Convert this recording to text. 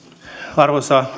arvoisa